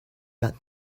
got